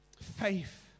Faith